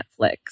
Netflix